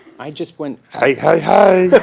i just went hey, hey, hey!